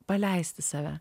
paleisti save